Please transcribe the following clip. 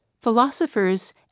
Philosophers